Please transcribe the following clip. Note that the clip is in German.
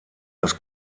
das